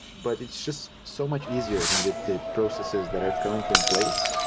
but it's just so much easier than the the processes that are currently in place.